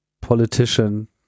politician